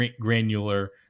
granular